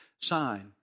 sign